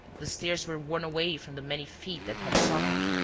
the stairs were worn away from the many feet that had sought them,